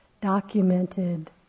documented